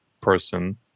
person